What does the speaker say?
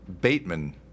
Bateman